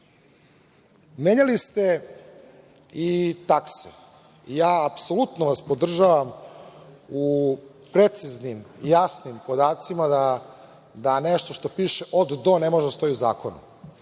dana. Menjali ste i takse. Apsolutno vas podržavam u preciznim, jasnim podacima da nešto što piše od - do ne može da stoji u zakonu.